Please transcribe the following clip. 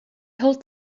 hold